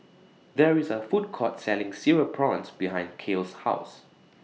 There IS A Food Court Selling Cereal Prawns behind Cael's House